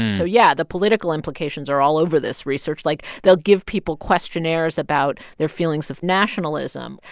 so yeah, the political implications are all over this research. like, they'll give people questionnaires about their feelings of nationalism.